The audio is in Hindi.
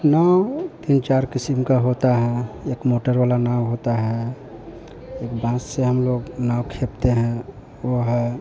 नाव तीन चार क़िस्म का होती है एक मोटर वाली नाव होती है एक बाँस से हम लोग नाव खेपते हैं वह है